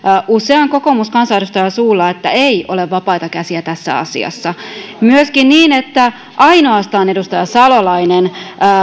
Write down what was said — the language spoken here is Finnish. usean kokoomuskansanedustajan suulla että ei ole vapaita käsiä tässä asiassa myöskin oli niin että ainoastaan edustaja salolainen